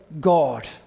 God